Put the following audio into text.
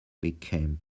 became